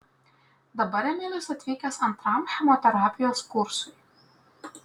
dabar emilis atvykęs antram chemoterapijos kursui